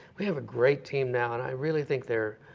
we have a great team now, and i really think they're